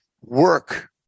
work